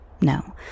No